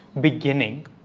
beginning